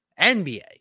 NBA